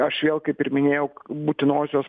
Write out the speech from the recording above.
aš vėl kaip ir minėjau būtinosios